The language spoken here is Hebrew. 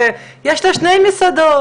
יש לה שתי מסעדות